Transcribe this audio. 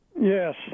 Yes